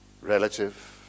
relative